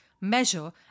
measure